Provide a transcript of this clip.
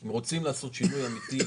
אם רוצים לעשות שינוי אמיתי,